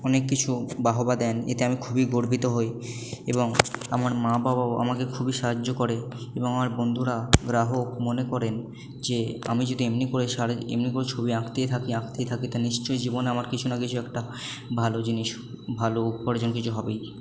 অনেক কিছু বাহবা দেন এতে আমি খুবই গর্বিত হই এবং আমার মা বাবাও আমাকে খুবই সাহায্য করে এবং আমার বন্ধুরা গ্রাহক মনে করেন যে আমি যদি এমনি করে সারা এমনি করে ছবি আঁকতেই থাকি আঁকতেই থাকি তা নিশ্চই জীবনে আমার কিছু না কিছু একটা ভালো জিনিস ভালো উপার্জন কিছু হবেই